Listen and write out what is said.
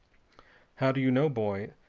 how do you know, boy,